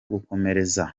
gukomereza